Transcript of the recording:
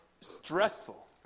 stressful